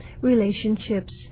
relationships